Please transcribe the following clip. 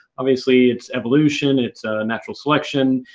obviously, it's evolution, it's natural selection,